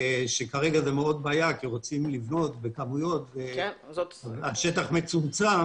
וכרגע זה מאוד בעיה כי רוצים לבנות בכמויות על שטח מצומצם